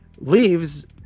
leaves